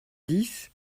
dix